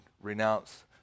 renounce